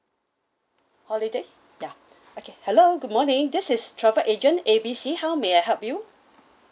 holiday ya okay hello good morning this is travel agent A B C how may I help you